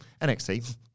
NXT